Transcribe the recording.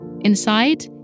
Inside